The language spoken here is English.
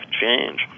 change